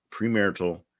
premarital